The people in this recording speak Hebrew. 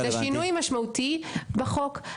זה שינוי משמעותי בחוק.